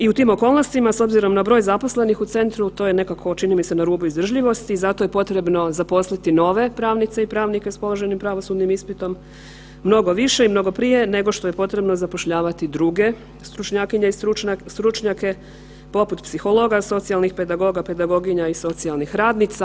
I u tim okolnostima s obzirom na broj zaposlenih u centru to je nekako čini mi se na rubu izdržljivosti i zato je potrebno zaposliti nove pravnice i pravnike s položenim pravosudnim ispitom, mnogo više i mnogo prije nego što je potrebno zapošljavati druge stručnjakine i stručnjake poput psihologa, socijalnih pedagoga, pedagoginja i socijalnih radnica.